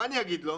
ומה אני אגיד כאן?